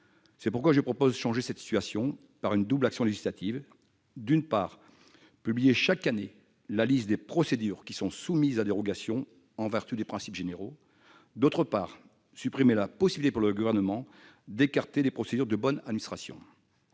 Je propose donc de changer cette situation par une double action législative : d'une part, publier chaque année la liste des procédures soumises à dérogation en vertu des principes généraux ; d'autre part, supprimer la possibilité pour le Gouvernement d'écarter les procédures de bonne administration.